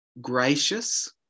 gracious